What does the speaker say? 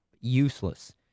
useless